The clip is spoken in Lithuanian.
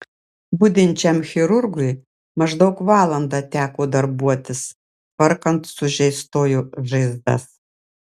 budinčiam chirurgui maždaug valandą teko darbuotis tvarkant sužeistojo žaizdas